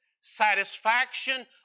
satisfaction